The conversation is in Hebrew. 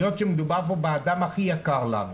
היות שמדובר פה באדם הכי יקר לנו,